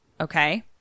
okay